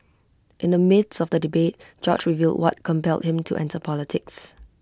in the midst of the debate George revealed what compelled him to enter politics